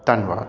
ਧੰਨਵਾਦ